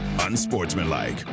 Unsportsmanlike